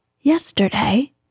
Yesterday